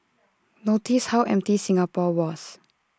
notice how empty Singapore was